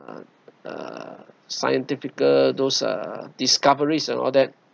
and uh scientifical those uh discoveries and all that